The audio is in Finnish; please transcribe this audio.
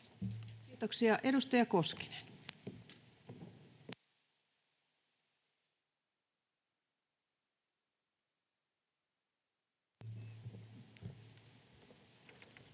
Kiitoksia. — Edustaja Koskinen. [Speech